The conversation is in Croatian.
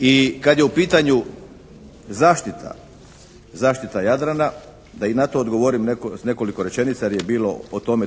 I kad je u pitanju zaštita, zaštita Jadrana da ina to odgovorim s nekoliko rečenica jer je bilo o tome